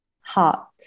hot